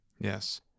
Yes